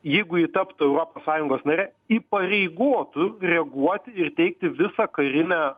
jeigu ji taptų europos sąjungos nare įpareigotų reaguoti ir teikti visą karinę